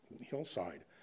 hillside